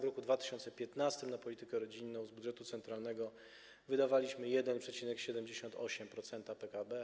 W roku 2015 na politykę rodzinną z budżetu centralnego wydawaliśmy 1,78% PKB.